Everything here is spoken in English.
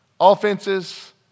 offenses